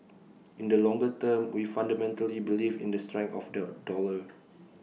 in the longer term we fundamentally believe in the strength of the dollar